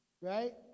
Right